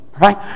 right